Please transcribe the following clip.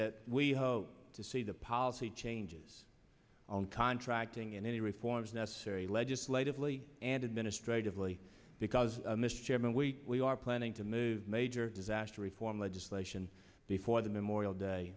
that we hope to see the policy changes on contracting in any reforms necessary legislatively and administratively because mr chairman we we are planning to move major disaster reform legislation before the memorial day